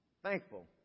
Thankful